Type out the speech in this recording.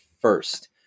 first